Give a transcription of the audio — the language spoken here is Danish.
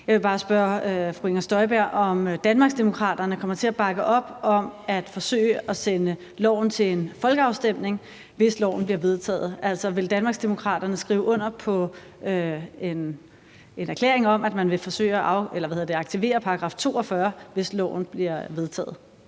Inger Støjberg, om Danmarksdemokraterne kommer til at bakke op om at forsøge at sende loven til en folkeafstemning, hvis lovforslaget bliver vedtaget. Altså, vil Danmarksdemokraterne skrive under på en erklæring om, at man vil forsøge at aktivere § 42, hvis lovforslaget bliver vedtaget?